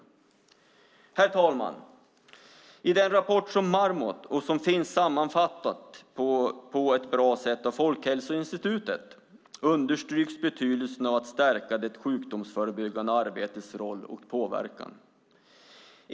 I den rapport som Marmot gjort och som finns sammanfattad på ett bra sätt av Folkhälsoinstitutet understryks betydelsen av att stärka det sjukdomsförebyggande arbetets roll och påverkan.